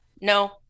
no